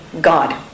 God